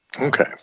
Okay